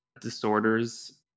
disorders